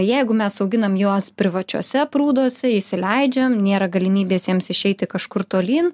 jeigu mes auginam juos privačiuose prūduose įsileidžiam nėra galimybės jiems išeiti kažkur tolyn